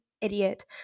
idiot